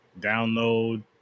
download